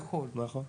נכון.